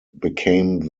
became